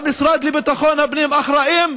המשרד לביטחון הפנים אחראי,